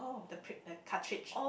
the pr~ the cartridge